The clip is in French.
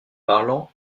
parlant